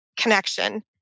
connection